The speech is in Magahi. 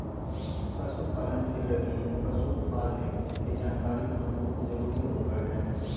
पशु पालन के लगी पशु पालय के जानकारी होना बहुत जरूरी होबा हइ